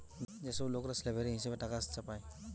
যে সব লোকরা স্ল্যাভেরি হিসেবে ট্যাক্স চাপায়